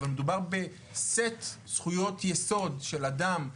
אבל מדובר בסט זכויות יסוד של אדם,